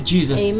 Jesus